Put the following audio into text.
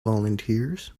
volunteers